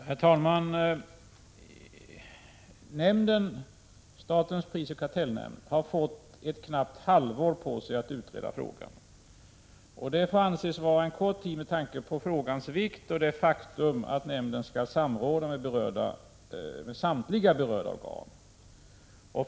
Herr talman! Statens prisoch kartellnämnd har fått ett knappt halvår på sig att utreda frågan. Det får anses vara en kort tid med tanke på frågans vikt och det faktum att nämnden skall samråda med samtliga berörda organ.